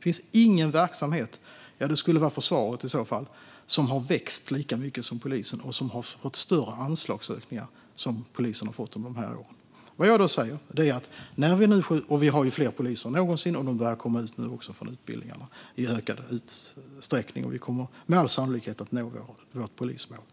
finns nog ingen verksamhet - det skulle vara försvaret i så fall - som har växt lika mycket som polisen och fått större anslagsökningar än polisen under de här åren. Vi har fler poliser än någonsin, och de börjar nu komma ut från utbildningarna i ökad utsträckning. Vi kommer med all sannolikhet att nå vårt polismål.